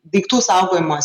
daiktų saugojimas